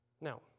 Now